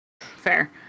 Fair